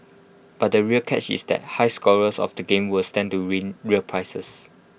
but the real catch is that high scorers of the game will stand to win real prizes